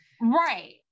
right